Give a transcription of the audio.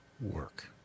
work